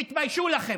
תתביישו לכם.